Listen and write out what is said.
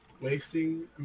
Wasting